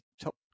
top